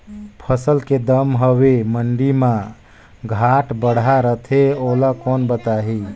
फसल के दम हवे मंडी मा घाट बढ़ा रथे ओला कोन बताही?